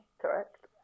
correct